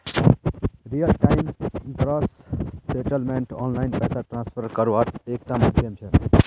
real time gross settlement online पैसा transfer कारवार एक टा माध्यम छे